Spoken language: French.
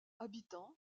habitants